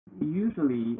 usually